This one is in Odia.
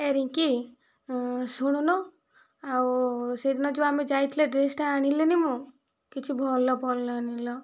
ଏ ରିଙ୍କି ଶୁଣୁନୁ ଆଉ ସେ ଦିନ ଯେଉଁ ଆମେ ଯାଇଥିଲେ ଡ୍ରେସ୍ଟା ଆଣିଲିନି ମୁଁ କିଛି ଭଲ ପଡ଼ିଲାନି ଲୋ